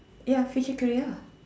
ya physical ya